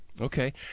Okay